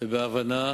ובהבנה